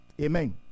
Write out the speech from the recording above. Amen